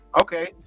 Okay